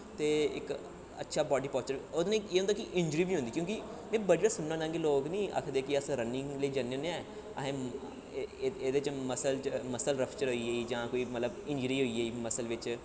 ते इक अच्छा बाडी पास्चर ओह्दे नै एह् होंदा कि इंजरी बी होंदी क्योंकि में बड़े बारी सुनना होन्नां कि लोग नी आखदे कि अस रनिंग लेई जन्ना होन्ना असें एह्दे च मसल मसल फ्रैक्चर होई गे जां कोई मतलब इंजरी होई गेई मसल बिच्च